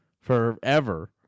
forever